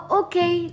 okay